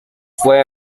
fue